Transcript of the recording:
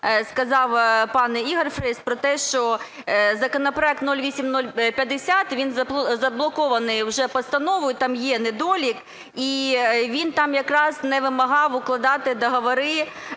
сказав пан Ігор Фріс про те, що законопроект 0850, він заблокований вже постановою. Там є недолік і він там якраз не вимагав укладати договори